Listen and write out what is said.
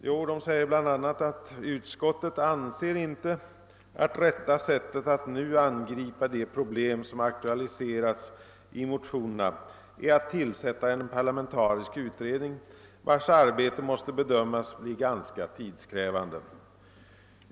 Jo, det framhålles bl.a. följande: >Utskottet anser inte att rätta sättet att nu angripa de problem som aktualiserats i motionerna är att tillsätta en parlamentarisk utredning, vars arbete måste bedömas bli ganska tidskrävande.